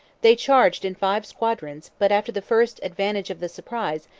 they charged in five squadrons but after the first advantage of the surprise,